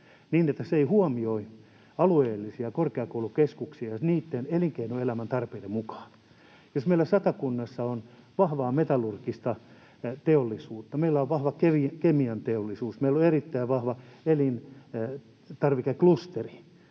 niin että se ei huomioi alueellisia korkeakoulukeskuksia niitten elinkeinoelämän tarpeiden mukaan. Esimerkiksi meillä Satakunnassa on vahvaa metallurgista teollisuutta, meillä on vahva kemian teollisuus, meillä on erittäin vahva elintarvikeklusteri,